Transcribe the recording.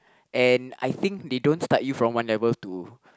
and I think they don't start you from one level to